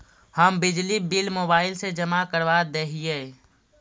हम बिजली bill mobile से जमा करवा देहियै?